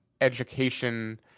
education